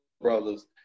brothers